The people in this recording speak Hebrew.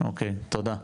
תודה.